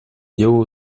делу